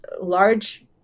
large